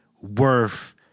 worth